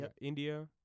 India